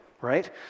right